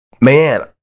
man